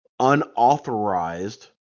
Unauthorized